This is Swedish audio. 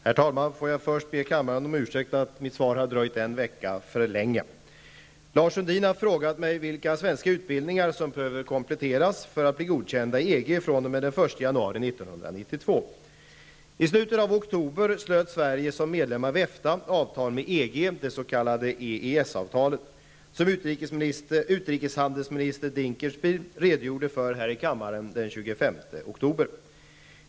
Herr talman! Får jag först be kammaren om ursäkt för att mitt svar har dröjt en vecka för länge. Lars Sundin har frågat mig vilka svenska utbildningar som behöver kompletteras för att bli godkända i EG fr.o.m. den 1 januari 1992. I slutet av oktober slöt Sverige som medlem av EFTA avtal med EG, det s.k. EES-avtalet, som utrikeshandelsminister Dinkelspiel redogjorde för här i kammaren den 25 oktober.